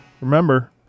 Remember